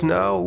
no